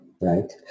right